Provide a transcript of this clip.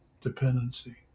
dependency